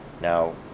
now